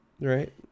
right